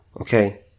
Okay